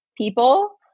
people